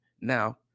Now